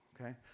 Okay